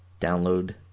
Download